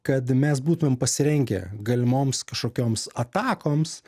kad mes būtumėm pasirengę galimoms kažkokioms atakoms